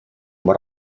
oma